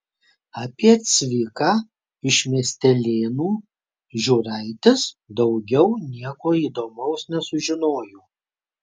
apie cviką iš miestelėnų žiūraitis daugiau nieko įdomaus nesužinojo